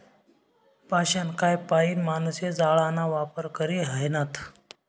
पाषाणकाय पाईन माणशे जाळाना वापर करी ह्रायनात